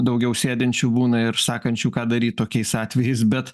daugiau sėdinčių būna ir sakančių ką daryt tokiais atvejais bet